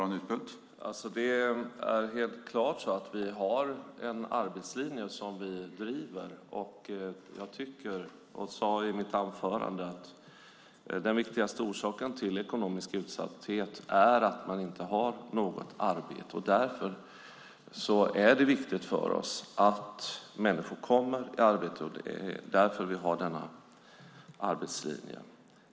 Herr talman! Det är helt klart så att vi har en arbetslinje som vi driver. Jag tycker, som jag sade i mitt anförande, att den viktigaste orsaken till ekonomisk utsatthet är att man inte har något arbete. Därför är det viktigt för oss att människor kommer i arbete, och det är därför vi har denna arbetslinje.